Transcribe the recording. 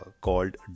called